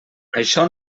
això